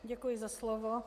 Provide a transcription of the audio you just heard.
Děkuji za slovo.